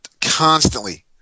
constantly